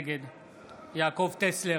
נגד יעקב טסלר,